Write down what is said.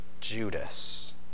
Judas